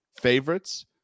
favorites